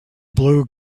blue